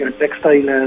textile